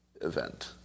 event